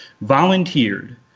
volunteered